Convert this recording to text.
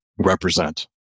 represent